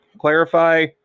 clarify